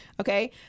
Okay